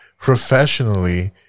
professionally